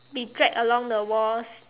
be dragged along the walls